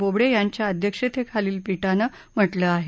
बोबडे यांच्या अध्यक्षतेखालील पीठाने म्हटलं आहे